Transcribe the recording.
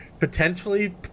potentially